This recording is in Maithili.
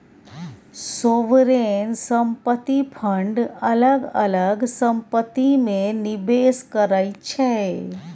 सोवरेन संपत्ति फंड अलग अलग संपत्ति मे निबेस करै छै